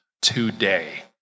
today